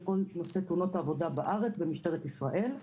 כל נושא תאונות העבודה בארץ במשטרת ישראל.